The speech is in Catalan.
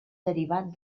derivat